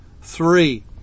Three